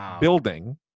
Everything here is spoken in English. building